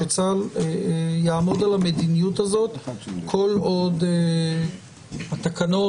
שצה"ל יעמוד על המדיניות הזאת כל עוד התקנות